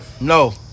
No